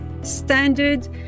standard